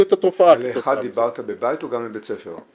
את התופעה -- ל-1 דיברת בבית או גם בבית ספר?